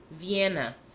Vienna